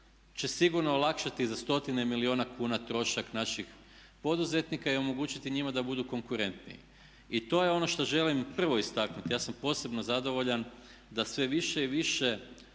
će sigurno olakšati za stotine milijuna kuna trošak naših poduzetnika i omogućiti njima da budu konkurentniji. I to je ono što želim prvo istaknuti, ja sam posebno zadovoljan da sve više i više